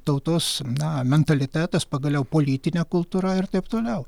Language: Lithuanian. tautos na mentalitetas pagaliau politinė kultūra ir taip toliau